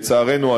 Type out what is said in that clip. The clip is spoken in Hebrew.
לצערנו,